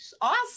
Awesome